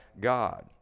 God